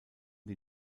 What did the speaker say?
die